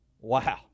Wow